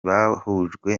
bahujwe